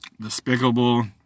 despicable